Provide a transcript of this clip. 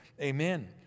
Amen